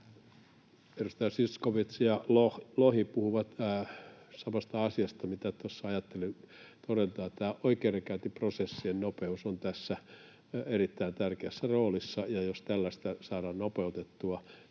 Edustajat Zyskowicz ja Lohi puhuivat samasta asiasta kuin mitä tuossa ajattelin todentaa. Oikeudenkäyntiprosessien nopeus on tässä erittäin tärkeässä roolissa, ja jos tällaista saadaan nopeutettua,